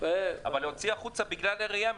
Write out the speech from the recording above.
להתייחס אליה.